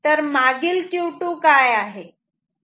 तर मागील Q2 काय आहे